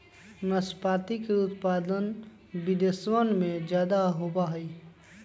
नाशपाती के उत्पादन विदेशवन में ज्यादा होवा हई